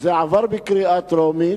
שעברה בקריאה טרומית,